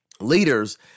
leaders